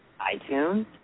iTunes